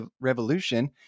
Revolution